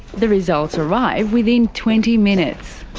the results arrive within twenty minutes.